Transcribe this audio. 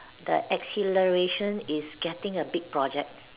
the exhilaration is getting a big project